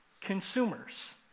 consumers